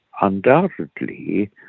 undoubtedly